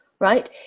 Right